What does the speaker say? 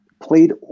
played